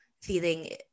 feeling